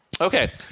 Okay